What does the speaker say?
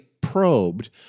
probed